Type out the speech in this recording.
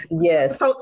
yes